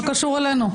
מה קשור אלינו?